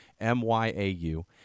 M-Y-A-U